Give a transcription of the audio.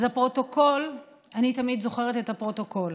אז הפרוטוקול, אני תמיד זוכרת את הפרוטוקול